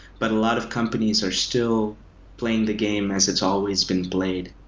but a lot of companies are still playing the game as it's always been played.